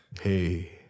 Hey